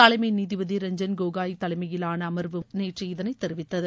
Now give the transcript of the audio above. தலைமை நீதிபதி ரஞ்சன் கோகாய் தலைமையிலான அமர்வு நேற்று இதனை தெரிவித்தது